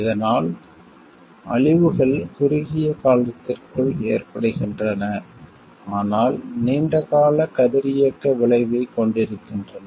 இதனால் அழிவுகள் குறுகிய காலத்திற்குள் ஏற்படுகின்றன ஆனால் நீண்ட கால கதிரியக்க விளைவைக் கொண்டிருக்கின்றன